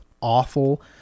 awful